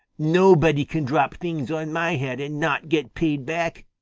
nobody can drop things on my head and not get paid back.